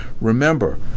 remember